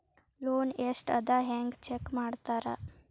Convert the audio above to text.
loan ಎಷ್ಟ್ ಅದ ಹೆಂಗ್ ಚೆಕ್ ಮಾಡ್ತಾರಾ